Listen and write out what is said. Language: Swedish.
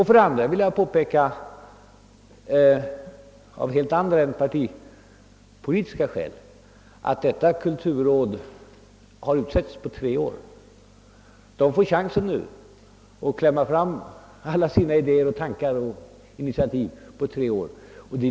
För det andra vill jag påpeka att kulturrådet av helt andra än partipolitiska skäl utsetts på tre år. Kulturrådet får nu under tre år chansen att framlägga alla sina idéer och initiativ.